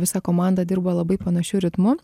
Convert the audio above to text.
visa komanda dirba labai panašiu ritmu